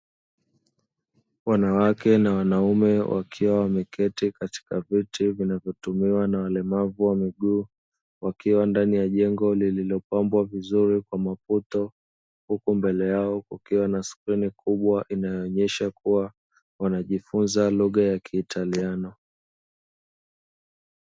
Wanawake na wanaume wakiwa wameketi katika viti vinavyotumiwa na walemavu wa miguu wakiwa ndani ya jengo lililopambwa vizuri kwa Maputo huku mbele yao kukiwa na skreni kubwa , inayoonyesha kuwa wanajifunza lugha ya kiitaliano.